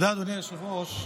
אדוני היושב-ראש.